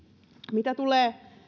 mitä tulee